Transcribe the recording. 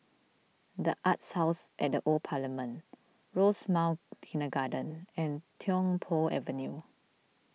the Arts House at the Old Parliament Rosemount Kindergarten and Tiong Poh Avenue